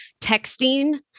texting